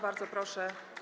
Bardzo proszę.